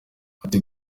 ati